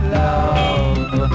love